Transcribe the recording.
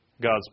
God's